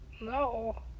No